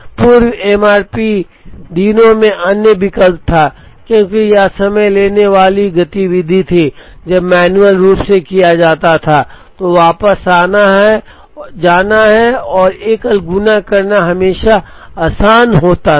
पूर्व एमआरपी दिनों में अन्य विकल्प था क्योंकि यह समय लेने वाली गतिविधि थी जब मैन्युअल रूप से भी किया जाता था तो वापस जाना और एकल गुणा करना हमेशा आसान होता था